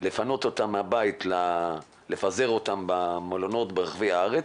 לפנות אותם מהבית ולפזרם במלונות ברחבי הארץ,